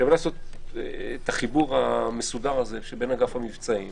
שווה לעשות את החיבור המסודר הזה שבין אגף המבצעים